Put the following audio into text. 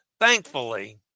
Thankfully